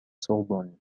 sorbonne